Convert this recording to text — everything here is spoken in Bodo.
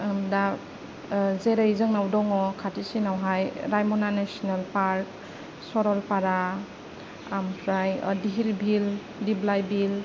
आं दा जेरै जोंनाव दङ खाथिसिनावहाय रायमना नेसनेल पार्क सरलपारा ओमफ्राय धिर बिल दिप्लाय बिल